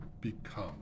become